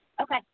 Okay